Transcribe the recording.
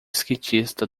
skatista